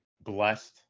blessed